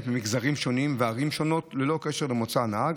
במגזרים שונים ובערים שונות ללא קשר למוצא הנהג.